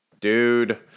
dude